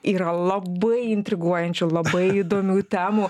yra labai intriguojančių labai įdomių temų